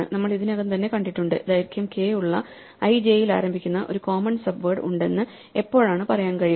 നമ്മൾ ഇതിനകം തന്നെ കണ്ടിട്ടുണ്ട് ദൈർഘ്യം k ഉള്ള i j യിൽ ആരംഭിക്കുന്ന ഒരു കോമൺസ് സബ്വേഡ് ഉണ്ടെന്ന് എപ്പോഴാണ് പറയാൻ കഴിയുക